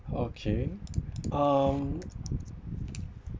okay um